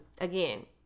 again